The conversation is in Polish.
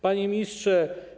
Panie Ministrze!